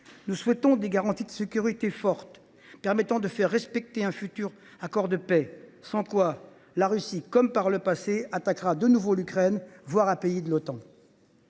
faire obtenir des garanties de sécurité fortes permettant de faire respecter un futur accord de paix sans lequel la Russie, comme par le passé, attaquera de nouveau l’Ukraine, voire un pays membre